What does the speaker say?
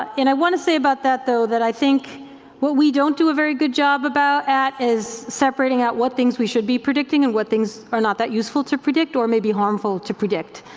and i wanna say about that though that i think what we don't do a very good job about at is separating out what things we should be predicting and what things are not that useful to predict or maybe harmful to predict,